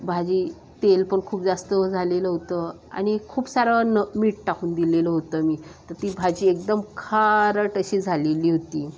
भाजी तेल पण खूप जास्त झालेलं होतं आणि खूप सारं न मीठ टाकून दिलेलं होतं मी तर ती भाजी एकदम खारट अशी झालेली होती